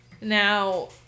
Now